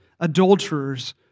adulterers